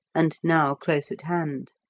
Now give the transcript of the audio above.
and now close at hand.